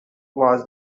was